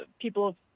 people